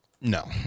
No